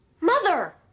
Mother